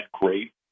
great